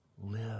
live